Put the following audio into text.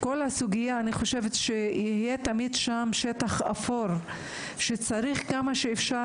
בכל הסוגיה הזאת של רופא ועוזר רופא יהיה שטח אפור שצריך כמה שאפשר